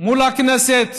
מול הכנסת,